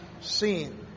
seen